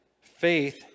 faith